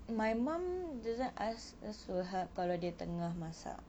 my mum doesn't ask us to help kalau dia tengah masak